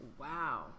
Wow